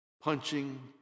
punching